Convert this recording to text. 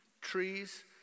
trees